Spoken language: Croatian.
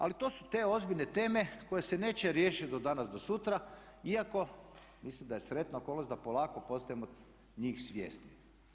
Ali to su te ozbiljne teme koje se neće riješiti od danas do sutra iako mislim da je sretna okolnost da polako postajemo njih svjesni.